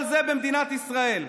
כל זה במדינת ישראל.